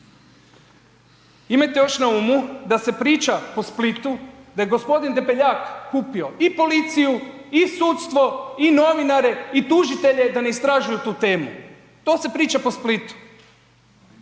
Imajte još na umu da se priča po Splitu da je g. Debeljak kupio i policiju i sudstvo i novinare i tužitelje da ne istražuju tu temu. To se priča po Splitu.